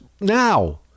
now